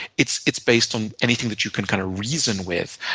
it's it's based on anything that you can kind of reason with.